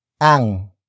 ang